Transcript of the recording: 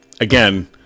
Again